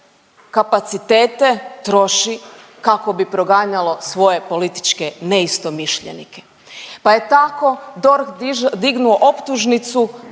kapacitete troši kako bi proganjalo svoje političke neistomišljenike, pa je tako DORH dignuo optužnicu